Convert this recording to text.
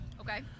Okay